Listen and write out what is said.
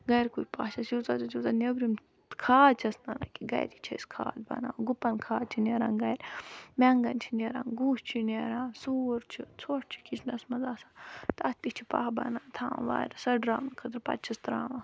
گَرِکُی پاہہ نٮ۪برِم کھاد چھیٚس نہِ اَنان کِہیٖنۍ گَرے چھِ أسۍ کھاد بناوان گُپن کھاد چھِ نیران گَرِ میٚنگن چھِ نیران گُہہ چھِ نیران سوٗر چھِ ژھۄٹھ چھُ کِچنَس منٛز آسان تَتھ تہِ چھِ پاہہ بنان تھاوان واریاہ سٔڑراونہٕ خٲطرٕ پَتہٕ چھِس تراوان